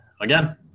again